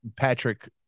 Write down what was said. Patrick